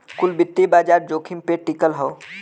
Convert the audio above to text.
कुल वित्तीय बाजार जोखिम पे टिकल हौ